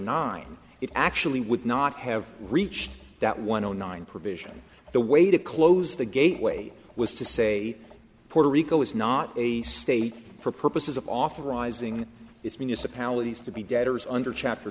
nine it actually would not have reached that one zero nine provision the way to close the gateway was to say puerto rico is not a state for purposes of off rising it's municipalities to be debtors under cha